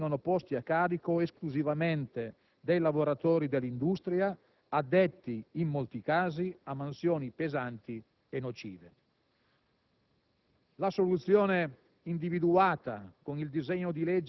che problemi di equilibrio della spesa previdenziale vengano posti a carico esclusivamente dei lavoratori dell'industria, addetti, in molti casi, a mansioni pesanti e nocive.